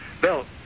Bill